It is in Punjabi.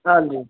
ਹਾਂਜੀ